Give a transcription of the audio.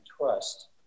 trust